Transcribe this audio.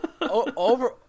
over